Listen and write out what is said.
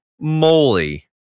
moly